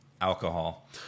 Alcohol